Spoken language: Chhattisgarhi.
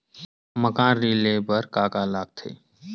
मकान ऋण ले बर का का लगथे?